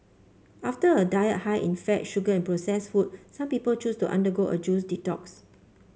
after a diet high in fat sugar and processed food some people choose to undergo a juice detox